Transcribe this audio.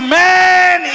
man